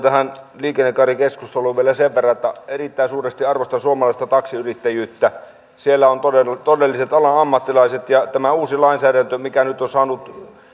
tähän liikennekaarikeskusteluun vielä sen verran että erittäin suuresti arvostan suomalaista taksiyrittäjyyttä siellä ovat todelliset alan ammattilaiset ja tämä uusi lainsäädäntö mikä nyt on saanut